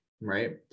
right